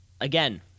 again